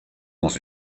dans